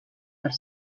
per